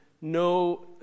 no